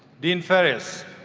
dean ferris,